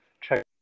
check